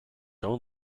own